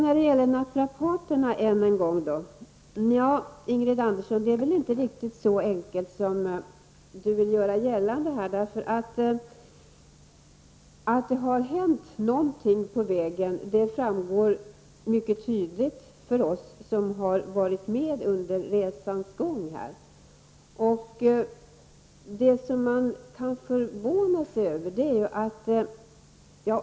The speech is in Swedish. När det gäller naprapaterna: Det är väl inte riktigt så enkelt som Ingrid Andersson vill göra gällande. Att det har hänt någonting på vägen framgår mycket tydligt för oss som varit med under resans gång.